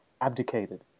abdicated